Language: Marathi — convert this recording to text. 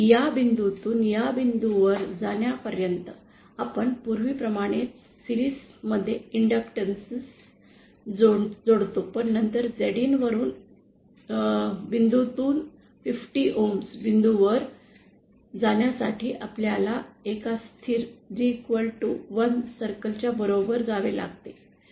या बिंदू तून या बिंदुवर जाण्या पर्यंत आपण पूर्वी प्रमाणेच मालिका मध्ये इंडक्टॅन्स जोडतो पण नंतर Zin वरुन बिंदू तून 50 ohm बिंदुवर जाण्यासाठी आपल्याला एका स्थिर G1 वर्तुळाच्या बरोबर जावे लागते